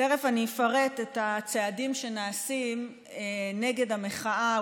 תכף אני אפרט את הצעדים שנעשים נגד המחאה.